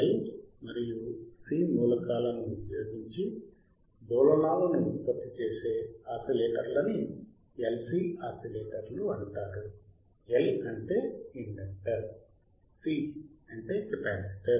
L మరియు C మూలకాలను ఉపయోగించి డోలనాలను ఉత్పత్తి చేసే ఆసిలేటర్లని LC ఆసిలేటర్లు అంటారు L అంటే ఇండక్టర్ C కెపాసిటర్